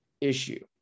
issue